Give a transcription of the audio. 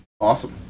Awesome